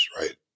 right